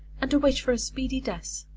and a wish for a speedy death.